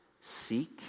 Seek